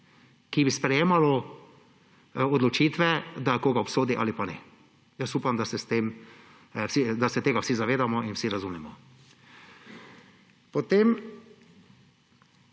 ki bi sprejemalo odločitve, da koga obsodi ali pa ne. Upam, da se tega vsi zavedamo in vsi razumemo. Potem,